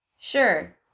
Sure